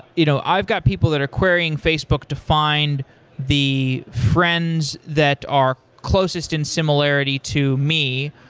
you know i've got people that are querying facebook to find the friends that are closest in similarity to me.